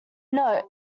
note